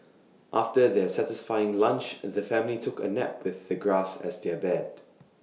after their satisfying lunch the family took A nap with the grass as their bed